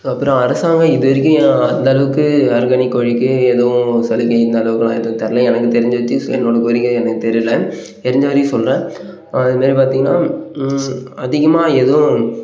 அப்புறம் அரசாங்கம் இது வரைக்கும் அந்தளவுக்கு ஆர்கானிக் கோழிக்கு எதுவும் சலுகை இந்த அளவுக்கெலாம் எதுவும் தெரில எனக்கு தெரிஞ்ச வரைக்கும் எனக்கு தெரியலை தெரிஞ்ச வரைக்கும் சொல்கிறேன் அது மாதிரி பார்த்திங்கன்னா அதிகமாக எதுவும்